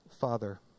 Father